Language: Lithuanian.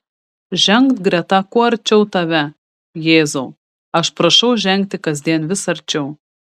žengt greta kuo arčiau tave jėzau aš prašau žengti kasdien vis arčiau